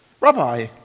Rabbi